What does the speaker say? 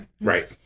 right